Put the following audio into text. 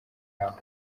aho